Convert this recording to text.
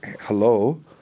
Hello